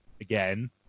again